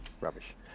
Rubbish